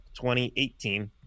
2018